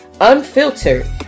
unfiltered